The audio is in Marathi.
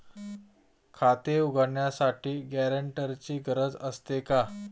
खाते उघडण्यासाठी गॅरेंटरची गरज असते का?